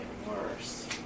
Worse